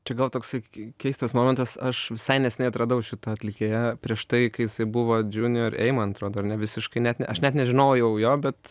čia gal toksai keistas momentas aš visai neseniai atradau šitą atlikėją prieš tai kai jisai buvo džiunior eimant atrodo ar ne visiškai net ne aš net nežinojau jo bet